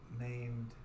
named